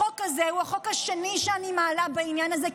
החוק הזה הוא החוק השני שאני מעלה בעניין הזה,